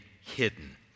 hidden